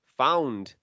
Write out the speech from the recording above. found